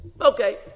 okay